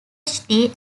phd